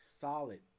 solid